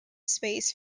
space